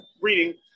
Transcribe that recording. reading